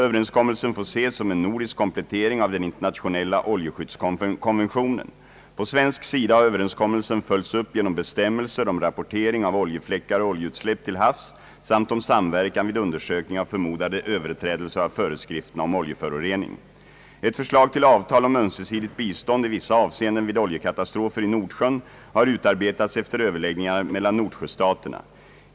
Överenskommelsen får ses som en nordisk komplettering av den internationella oljeskyddskonventionen. På svensk sida har överenskommelsen följts upp genom bestämmelser om rapportering av oljefläckar och oljeutsläpp till havs samt om samverkan vid undersökning av förmodade överträdelser av föreskrifterna om oljeförorening. Ett förslag till avtal om ömsesidigt bistånd i vissa avseenden vid oljekatastrofer i Nordsjön har utarbetats efter överläggningar mellan Nordsjöstaterna.